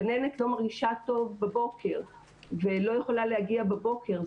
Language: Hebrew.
גננת לא מרגישה טוב בבוקר ולא יכולה להגיע בבוקר.